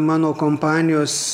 mano kompanijos